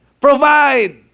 provide